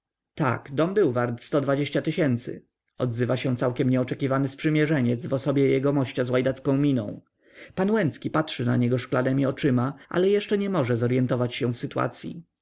tak dom był wart sto dwadzieścia tysięcy odzywa się całkiem nieoczekiwany sprzymierzeniec w osobie jegomościa z łajdacką miną pan łęcki patrzy na niego szklannemi oczyma ale jeszcze nie może zoryentować się w sytuacyi